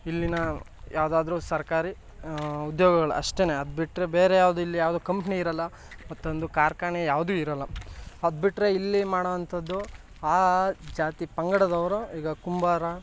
ಇಲ್ಲಿಯ ಯಾವುದಾದ್ರು ಸರ್ಕಾರಿ ಉದ್ಯೋಗಗಳು ಅಷ್ಟೇ ಅದು ಬಿಟ್ರೆ ಬೇರೆ ಯಾವುದು ಇಲ್ಲಿ ಯಾವ್ದು ಕಂಪ್ನಿ ಇರಲ್ಲ ಮತ್ತೊಂದು ಕಾರ್ಖಾನೆ ಯಾವುದೂ ಇರಲ್ಲ ಅದು ಬಿಟ್ರೆ ಇಲ್ಲಿ ಮಾಡುವಂಥದ್ದು ಆ ಜಾತಿ ಪಂಗಡದವರು ಈಗ ಕುಂಬಾರ